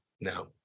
now